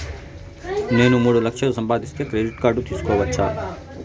నేను మూడు లక్షలు సంపాదిస్తే క్రెడిట్ కార్డు తీసుకోవచ్చా?